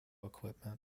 equipment